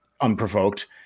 unprovoked